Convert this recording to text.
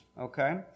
okay